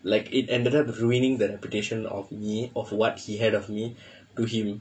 like it ended up ruining the reputation of me of what he had of me to him